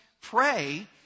pray